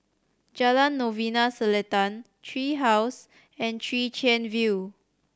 Jalan Novena Selatan Tree House and Chwee Chian View